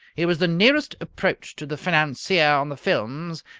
he was the nearest approach to the financier on the films,